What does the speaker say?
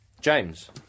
James